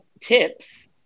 tips